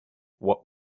what